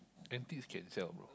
antiques can sell bro